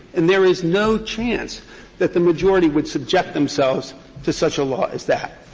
and there is no chance that the majority would subject themselves to such a law as that.